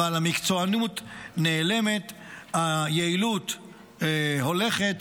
אבל המקצוענות נעלמת, היעילות הולכת,